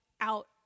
out